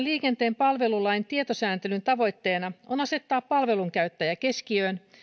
liikenteen palvelulain tietosääntelyn tavoitteena on asettaa palvelunkäyttäjä keskiöön